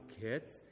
kids